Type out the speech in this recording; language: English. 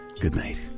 goodnight